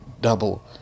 double